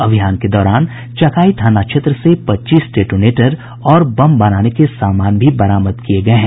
अभियान के दौरान चकाई थाना क्षेत्र से पच्चीस डेटोनेटर और बम बनाने के सामान भी बरामद किये गये हैं